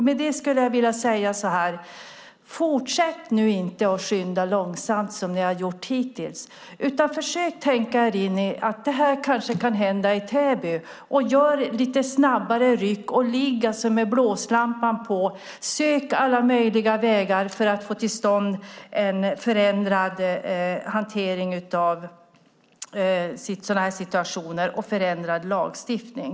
Med det skulle jag vilja säga så här: Fortsätt nu inte att skynda långsamt, som ni har gjort hittills, utan försök tänka er in i att det här kanske kan hända i Täby och gör lite snabbare ryck! Ligg med blåslampan på! Sök alla möjliga vägar för att få till stånd en förändrad hantering av sådana här situationer och en förändrad lagstiftning!